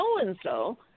so-and-so